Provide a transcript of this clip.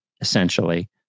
essentially